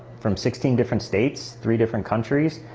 from sixteen different states three different countries.